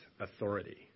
authority